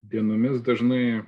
dienomis dažnai